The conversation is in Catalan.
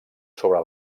sobre